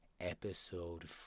episode